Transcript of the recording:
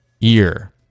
ear